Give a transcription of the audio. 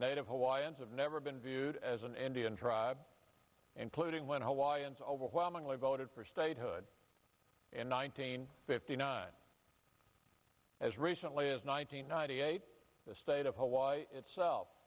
native hawaiians have never been viewed as an indian tribe including when i was overwhelmingly voted for statehood in nineteen fifty nine as recently as nine hundred ninety eight the state of hawaii itself